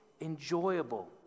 enjoyable